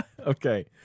Okay